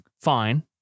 fine